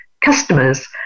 customers